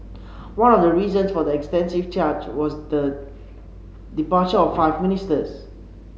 one of the reasons for the extensive change was the departure of five ministers